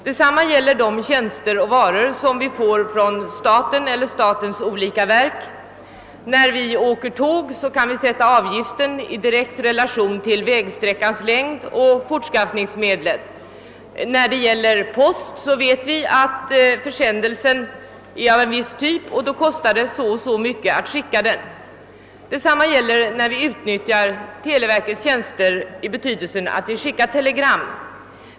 Detsamma gäller de tjänster och varor som lämnas av staten eller statens olika verk. När vi åker tåg kan vi sätta avgiften för resan i direkt relation till vägsträckans längd och fortskaffningsmedlet. Vid postbefordran vet vi att en försändelse av en viss typ kostar så och så mycket att befordra. Samma är förhållandet när vi utnyttjar televerkets tjänster i den betydelsen, att vi skickar telegram.